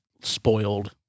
spoiled